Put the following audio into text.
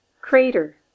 crater